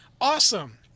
Awesome